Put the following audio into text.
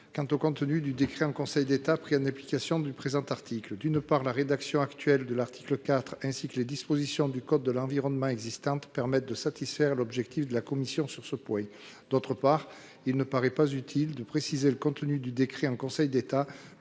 sur le contenu du décret en Conseil d'État pris en application de l'article 3. D'une part, la rédaction actuelle de l'article 4 ainsi que les dispositions du code de l'environnement existantes permettent de satisfaire l'objectif de la commission sur ce point. D'autre part, il ne paraît pas utile de préciser le contenu de ce décret en Conseil d'État.